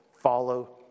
follow